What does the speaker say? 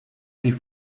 sie